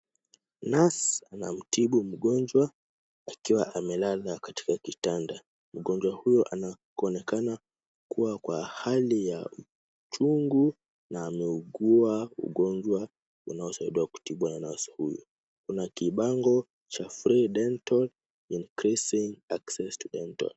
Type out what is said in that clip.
Nurse anamtibu mgonjwa akiwa amelala katika kitanda. Mgonjwa huyu anaonekana kuwa kwa hali ya uchungu na ameugua ugonjwa unaosaidiwa kutibiwa na nurse huyu. Kuna kibango cha free dental, increasing access to dental .